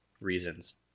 reasons